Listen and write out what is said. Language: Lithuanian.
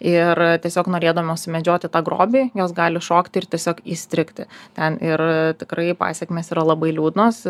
ir tiesiog norėdamas sumedžioti tą grobį jos gali šokti ir tiesiog įstrigti ten ir tikrai pasekmės yra labai liūdnos